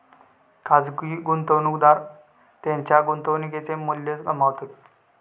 खाजगी गुंतवणूकदार त्येंच्या गुंतवणुकेचा मू्ल्य कमावतत